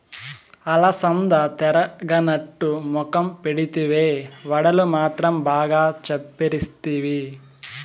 అలసందలెరగనట్టు మొఖం పెడితివే, వడలు మాత్రం బాగా చప్పరిస్తివి